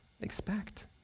expect